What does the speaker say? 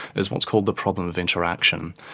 is what's called the problem of interaction.